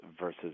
versus